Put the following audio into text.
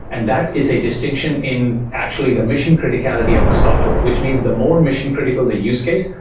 and that is a distinction in actually the mission criticality of the software, which means the more mission-critical the use case,